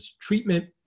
treatment